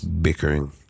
Bickering